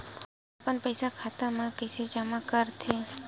अपन पईसा खाता मा कइसे जमा कर थे?